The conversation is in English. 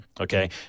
okay